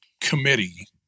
committee